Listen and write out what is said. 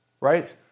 right